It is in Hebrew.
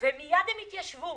ומיד הם התיישבו